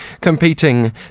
competing